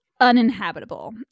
uninhabitable